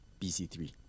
BC3